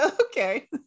Okay